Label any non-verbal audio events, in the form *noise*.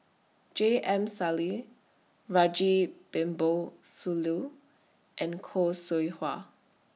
J M Sali *unintelligible* Sooloh and Khoo Seow Hwa